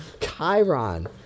Chiron